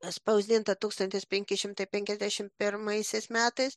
atspausdinta tūkstantis penki šimpai penkiasdešimt pirmaisiais metais